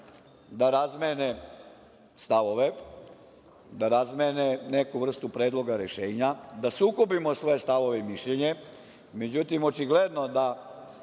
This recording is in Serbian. da razmene stavove, da razmene neku vrstu predloga rešenja, da sukobimo svoje stavove i mišljenja, međutim očigledno da